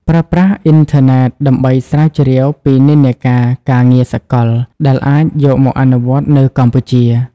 ប្រើប្រាស់អ៊ីនធឺណិតដើម្បីស្រាវជ្រាវពីនិន្នាការការងារសកល ដែលអាចយកមកអនុវត្តនៅកម្ពុជា។